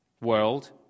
world